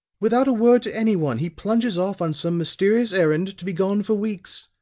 without a word to anyone he plunges off on some mysterious errand, to be gone for weeks.